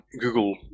Google